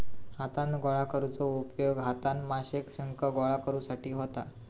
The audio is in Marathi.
हातान गोळा करुचो उपयोग हातान माशे, शंख गोळा करुसाठी होता